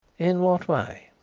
in what way?